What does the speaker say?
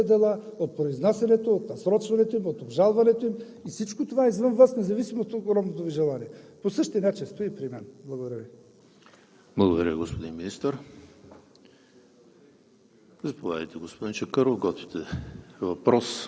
Защото не зависи от Вас, а зависи от международните институции, от съдебните дела, от произнасянето им, от насрочването, от обжалването. Всичко това е извън Вас, независимо от огромното Ви желание. По същия начин стои и при мен. Благодаря Ви. ПРЕДСЕДАТЕЛ ЕМИЛ ХРИСТОВ: